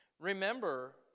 Remember